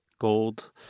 gold